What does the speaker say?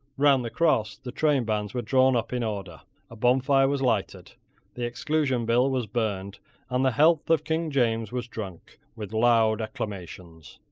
round the cross the trainbands were drawn up in order a bonfire was lighted the exclusion bill was burned and the health of king james was drunk with loud acclamations.